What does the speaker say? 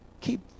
keep